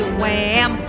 wham